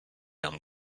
and